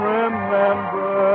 remember